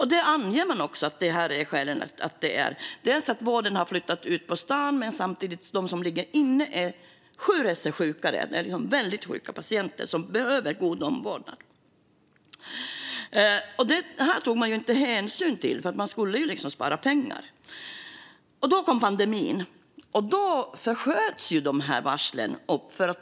Man anger att skälen är att vården har flyttat ut på stan, men samtidigt är de som ligger inne sju resor sjukare. Det är väldigt sjuka patienter som behöver god omvårdnad. Detta tog man inte hänsyn till, för man skulle spara pengar. Sedan kom pandemin, och då försköts varslen.